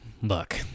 Look